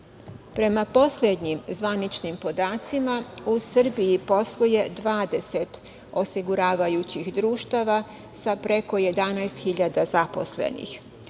Prema poslednjim zvaničnim podacima u Srbiji posluje 20 osiguravajućih društava sa preko 11.000 zaposlenih.